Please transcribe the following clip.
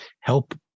help